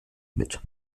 mit